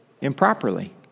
improperly